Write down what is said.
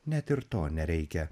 net ir to nereikia